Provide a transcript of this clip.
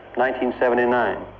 like and seventy nine.